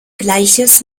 gleiches